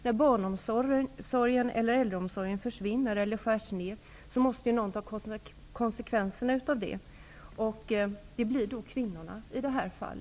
När barnomsorgen och äldreomsorgen försvinner eller skärs ner måste någon ta konsekvenserna av det. Det blir kvinnorna i detta fall.